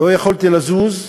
לא יכולתי לזוז,